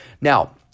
Now